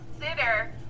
consider